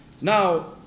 Now